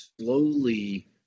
slowly